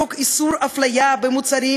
לחוק איסור הפליה במוצרים,